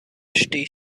phd